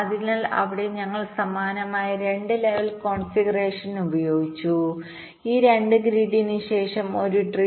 അതിനാൽ അവിടെ ഞങ്ങൾ സമാനമായ 2 ലെവൽ കോൺഫിഗറേഷൻഉപയോഗിച്ചു ഒരു ഗ്രിഡിന് ശേഷം ഒരു ട്രീ